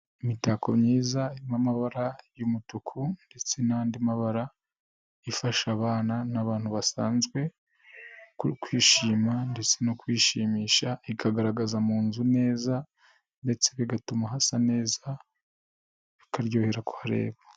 Imitako myiza irimo amabara y'umutuku ndetse n'andi mabara ifasha abana n'abantu basanzwe kwishima ndetse no kwiyishimisha, ikagaragaza mu nzu neza ndetse bigatuma hasa neza bikaryohera kuhareba.